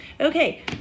Okay